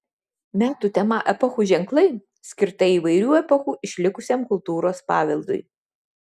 metų tema epochų ženklai skirta įvairių epochų išlikusiam kultūros paveldui